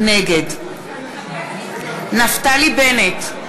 נגד נפתלי בנט,